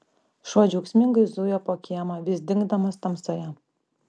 šuo džiaugsmingai zujo po kiemą vis dingdamas tamsoje